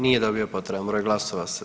Nije dobio potreban broj glasova.